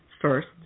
first